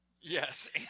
Yes